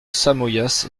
samoyas